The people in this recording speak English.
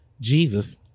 Jesus